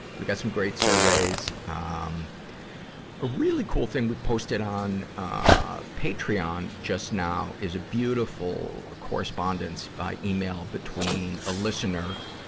we got some great surveys. ah um a really cool thing we posted on, ah, patreon just now is a beautiful correspondence by email between a listener,